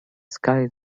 sky